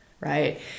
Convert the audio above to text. right